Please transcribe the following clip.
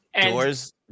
Doors